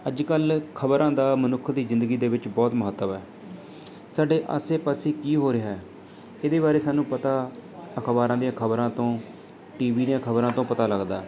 ਅੱਜ ਕੱਲ੍ਹ ਖ਼ਬਰਾਂ ਦਾ ਮਨੁੱਖ ਦੀ ਜ਼ਿੰਦਗੀ ਦੇ ਵਿੱਚ ਬਹੁਤ ਮਹੱਤਵ ਹੈ ਸਾਡੇ ਆਸੇ ਪਾਸੇ ਕੀ ਹੋ ਰਿਹਾ ਇਹਦੇ ਬਾਰੇ ਸਾਨੂੰ ਪਤਾ ਅਖ਼ਬਾਰਾਂ ਦੀਆਂ ਖ਼ਬਰਾਂ ਤੋਂ ਟੀ ਵੀ ਦੀਆਂ ਖ਼ਬਰਾਂ ਤੋਂ ਪਤਾ ਲੱਗਦਾ